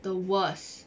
the worst